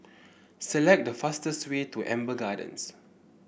select the fastest way to Amber Gardens